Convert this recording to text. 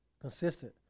consistent